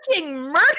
murder